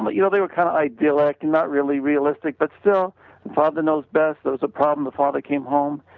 but you know they were kind of idyllic and not really realistic. but still in father knows best there was a problem, the father came home,